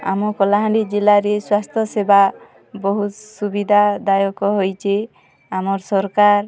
ଆମ କଲାହାଣ୍ଡି ଜିଲ୍ଲାରେ ସ୍ୱାସ୍ଥ୍ୟ ସେବା ବହୁତ୍ ସୁବିଧା ଦାୟକ୍ ହୋଇଛି ଆମର୍ ସରକାର୍